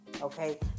Okay